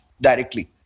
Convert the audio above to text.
directly